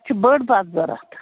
اَسہِ چھِ بٔڈ بَس ضروٗرت